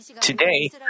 Today